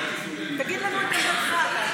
תגיד לנו את עמדתך.